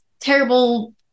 terrible